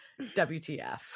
WTF